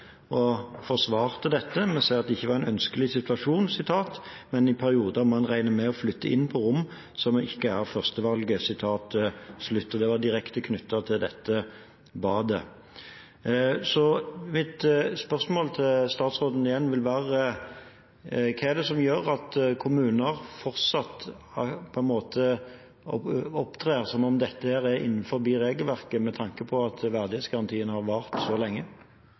forsvarte dette ved å si at det ikke var en ønskelig situasjon, «men i perioder må en regne med å flytte inn på rom som ikke er førstevalget». Det var direkte knyttet til dette badet. Så mitt spørsmål til statsråden er: Hva er det som gjør at kommuner fortsatt opptrer som om dette er innenfor regelverket – med tanke på at verdighetsgarantien har vart så lenge?